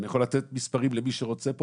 ואני יכול לתת מספרים למי שרוצה פה,